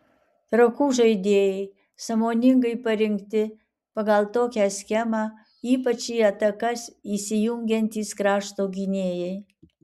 trakų žaidėjai sąmoningai parinkti pagal tokią schemą ypač į atakas įsijungiantys krašto gynėjai